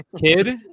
Kid